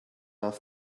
off